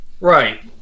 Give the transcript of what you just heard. Right